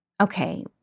Okay